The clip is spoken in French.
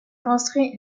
construit